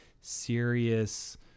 serious